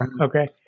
Okay